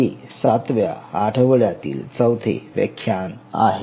हे सातव्या आठवड्यातील चौथे व्याख्यान आहे